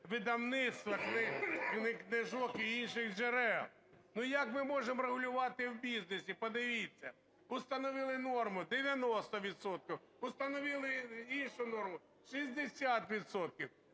видавництва книжок і інших джерел. Ну, як ми можемо регулювати в бізнесі. Подивіться, установили норму 90 відсотків, установили іншу норму 60